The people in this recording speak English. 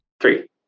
Three